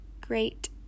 Great